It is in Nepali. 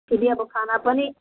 फेरि अब खाना पनि